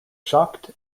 shocked